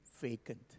vacant